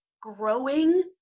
growing